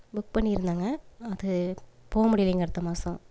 book பண்ணியிருந்தங்க அது போக முடியலிங்க அடுத்த மாதம்